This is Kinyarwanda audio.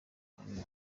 mwami